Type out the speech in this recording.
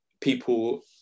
people